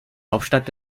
hauptstadt